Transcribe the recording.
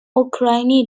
اوکراینی